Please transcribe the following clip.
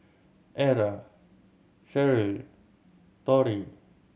Era Cheryll Torrie